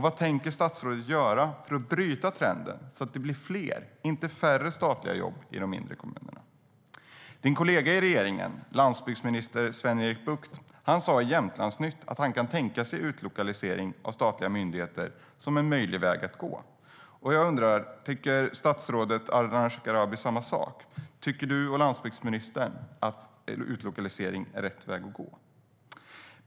Vad tänker statsrådet göra för att bryta trenden, så att det blir fler och inte färre statliga jobb i de mindre kommunerna? Statsrådets kollega i regeringen, landsbygdsminister Sven-Erik Bucht, sa i Jämtlandsnytt att han kan tänka sig utlokalisering av statliga myndigheter som en möjlig väg att gå. Tycker statsrådet Ardalan Shekarabi detsamma? Tycker statsrådet som landsbygdsministern att utlokalisering är rätt väg att gå?